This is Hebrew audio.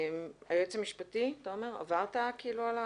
היועץ המשפטי, תומר, עברת על זה?